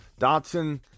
Dotson